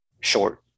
short